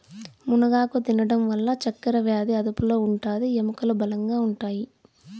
మునగాకు తినడం వల్ల చక్కరవ్యాది అదుపులో ఉంటాది, ఎముకలు బలంగా ఉంటాయి